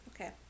Okay